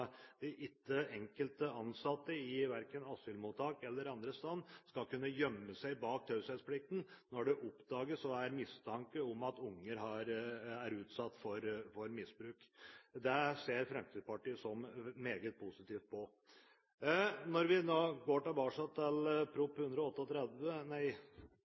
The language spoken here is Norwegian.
ikke enkelte ansatte verken i asylmottak eller andre steder skal kunne gjemme seg bak taushetsplikten hvis det oppdages og er mistanke om at unger er utsatt for misbruk. Det ser Fremskrittspartiet meget positivt på. Når vi går tilbake til